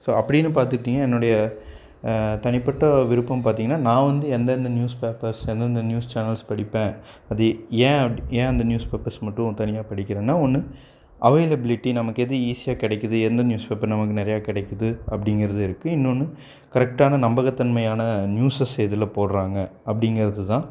so அப்படின்னு பார்த்துட்டீங்க என்னுடைய தனிப்பட்ட விருப்பம் பார்த்தீங்கன்னா நான் வந்து எந்தெந்த நியூஸ் பேப்பர்ஸ் எந்தெந்த நியூஸ் சேனல்ஸ் படிப்பேன் அது ஏன் அப்படி ஏன் அந்த நியூஸ் பேப்பர்ஸ் மட்டும் தனியாக படிக்கிறேன்னா ஒன்று அவைலபிலிட்டி நமக்கு எது ஈஸியாக கிடைக்கிது எந்த நியூஸ் பேப்பர் நமக்கு நிறையா கிடைக்கிது அப்படிங்கிறது இருக்குது இன்னொன்னு கரெக்டான நம்பகத்தன்மையான நியூஸஸ் எதில் போடுறாங்க அப்படிங்கிறது தான்